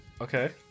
Okay